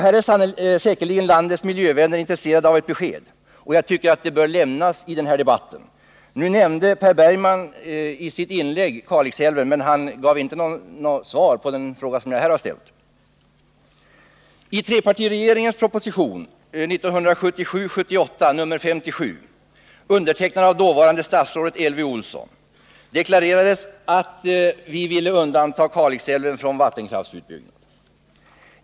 Här är säkerligen landets miljövänner intresserade av att få ett besked, och jag tycker det bör lämnas i den här debatten. Nu nämnde Per Bergman i sitt inlägg Kalixälven, men han gav inte något svar på den fråga som jag här har ställt. I trepartiregeringens proposition 1977/78:57, undertecknad av dåvarande statsrådet Elvy Olsson, deklarerades att vi ville undanta Kalixälven från vattenkraftsutbyggnad.